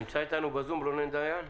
נמצא איתנו בזום רונן דיין?